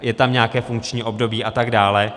Je tam nějaké funkční období atd.